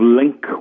link